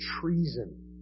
treason